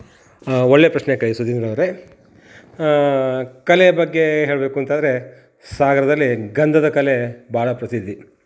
ಒಳ್ಳೆ ಪ್ರಶ್ನೆ ಕೇಳಿ ಸುಧೀಂದ್ರ ಅವರೇ ಕಲೆ ಬಗ್ಗೆ ಹೇಳಬೇಕಂತದ್ರೆ ಸಾಗರದಲ್ಲಿ ಗಂಧದ ಕಲೆ ಬಹಳ ಪ್ರಸಿದ್ಧಿ